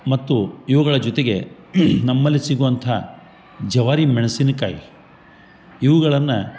ಮತ್ತು ಇವುಗಳ ಜೊತೆಗೆ ನಮ್ಮಲ್ಲಿ ಸಿಗುವಂಥ ಜವಾರಿ ಮೆಣ್ಸಿನಕಾಯಿ ಇವುಗಳನ್ನ